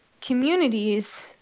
communities